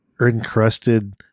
encrusted